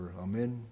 Amen